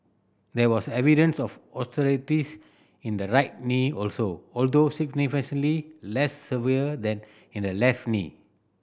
there was evidence of osteoarthritis in the right knee also although significantly less severe than in the left knee